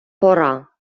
пора